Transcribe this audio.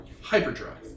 Hyperdrive